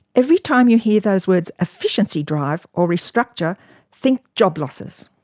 every time you hear those words efficiency drive or restructure think job losses.